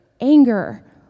anger